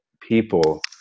people